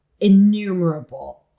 innumerable